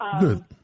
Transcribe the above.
Good